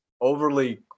overly